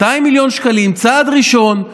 200 מיליון שקלים, צעד ראשון,